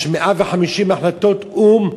יש 150 החלטות או"ם,